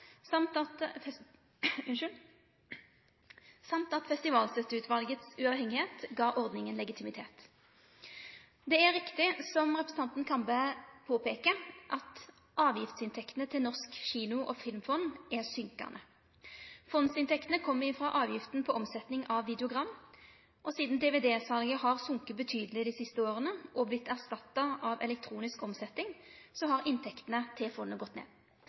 at festivalstøtteutvalet var uavhengig, gav ordninga legitimitet. Det er riktig som representanten Kambe påpeiker, at avgiftsinntektene til Norsk kino- og filmfond minkar. Fondsinntektene kjem frå avgifta på omsetning av videogram. Sidan dvd-salet har gått betydeleg ned dei siste åra og har vorte erstatta av elektronisk omsetning, har inntektene til fondet gått ned.